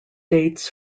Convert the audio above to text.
dates